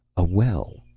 a well.